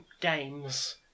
games